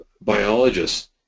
biologists